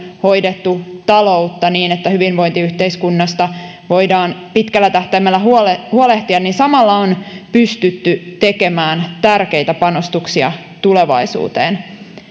hoidettu taloutta vastuullisesti niin että hyvinvointiyhteiskunnasta voidaan pitkällä tähtäimellä huolehtia huolehtia on pystytty tekemään tärkeitä panostuksia tulevaisuuteen